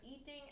eating